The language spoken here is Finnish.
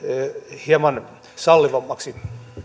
hieman sallivammaksi